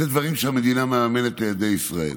אלה דברים שהמדינה מממנת לילדי ישראל.